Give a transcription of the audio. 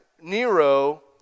Nero